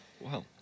Wow